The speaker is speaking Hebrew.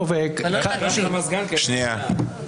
כמה מילים.